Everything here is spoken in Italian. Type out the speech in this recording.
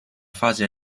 fase